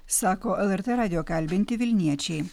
sako lrt radijo kalbinti vilniečiai